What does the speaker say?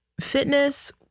fitness